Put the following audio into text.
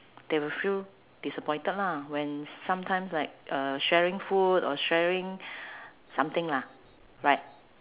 they will feel disappointed lah when sometimes like uh sharing food or sharing something lah right